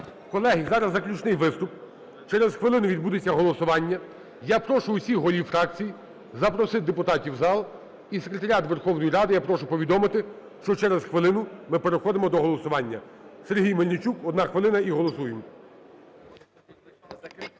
Колеги, зараз заключний виступ, через хвилину відбудеться голосування. Я прошу усіх голів фракцій запросити депутатів в зал, і Секретаріат Верховної Ради я прошу повідомити, що через хвилину ми переходимо до голосування. Сергій Мельничук, одна хвилина. І голосуємо.